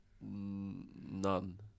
None